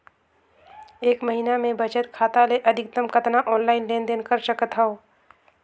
एक महीना मे बचत खाता ले अधिकतम कतना ऑनलाइन लेन देन कर सकत हव?